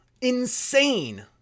insane